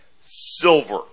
silver